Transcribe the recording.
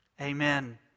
Amen